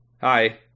Hi